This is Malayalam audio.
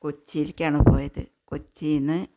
കൊച്ചിയിലേക്കാന്ന് പോയത് കൊച്ചീന്ന്